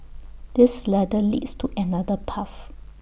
this ladder leads to another path